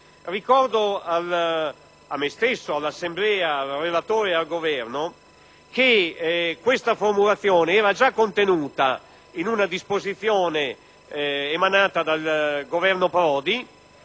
Ricordo a me stesso, all' Assemblea, al relatore e al rappresentante del Governo che tale formulazione era già contenuta in una disposizione emanata dal Governo Prodi